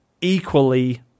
equally